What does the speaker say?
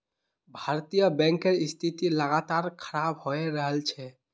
भारतीय बैंकेर स्थिति लगातार खराब हये रहल छे